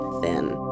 thin